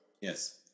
Yes